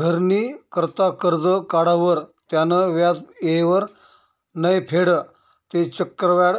घरनी करता करजं काढावर त्यानं व्याज येयवर नै फेडं ते चक्रवाढ